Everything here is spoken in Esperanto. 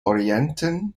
orienten